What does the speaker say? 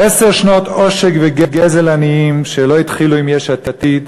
עשר שנות עושק וגזל עניים שלא התחילו עם יש עתיד,